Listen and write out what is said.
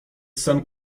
sen